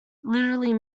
literary